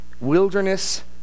wilderness